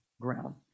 ground